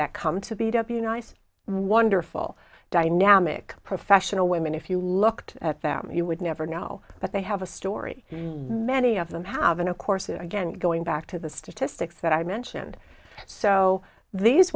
that come to beat up you nice wonderful dynamic professional women if you looked at them you would never know that they have a story may any of them have and of course again going back to the statistics that i mentioned so these